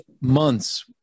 months